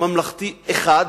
ממלכתי אחד,